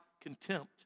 contempt